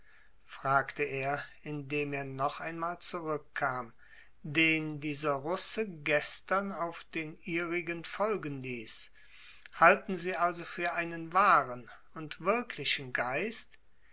fragte er indem er noch einmal zurückkam den dieser russe gestern auf den ihrigen folgen ließ halten sie also für einen wahren und wirklichen geist